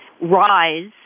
rise